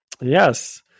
Yes